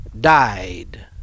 died